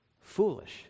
foolish